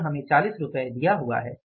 यह हमें 40 रुपये दिया हुआ है